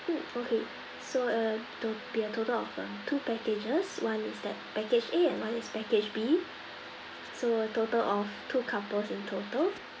mm okay so uh tot~ be a total of uh two packages one is that package A and one is package B so a total of two couples in total